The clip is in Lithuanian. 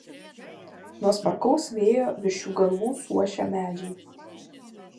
nuo smarkaus vėjo virš jų galvų suošia medžiai